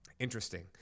Interesting